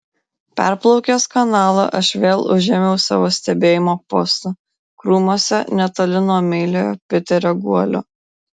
perplaukęs kanalą aš vėl užėmiau savo stebėjimo postą krūmuose netoli nuo meiliojo piterio guolio